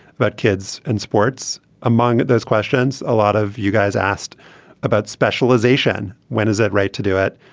but kids and sports among those questions a lot of you guys asked about specialization. when is it right to do it.